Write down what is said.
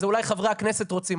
זה אולי חברי הכנסת רוצים.